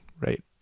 Right